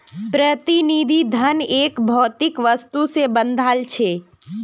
प्रतिनिधि धन एक भौतिक वस्तु से बंधाल छे